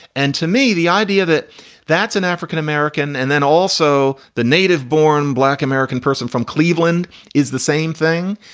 and to me, the idea that that's an african-american and then also the native born black american person from cleveland is the same thing.